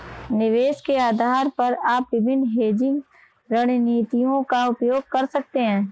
निवेश के आधार पर आप विभिन्न हेजिंग रणनीतियों का उपयोग कर सकते हैं